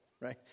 right